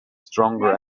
stronger